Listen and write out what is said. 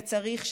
וצריך,